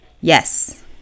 Yes